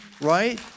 right